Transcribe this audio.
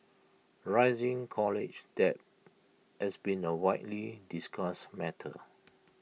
rising college debt has been A widely discussed matter